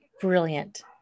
brilliant